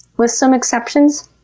with some exceptions.